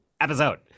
episode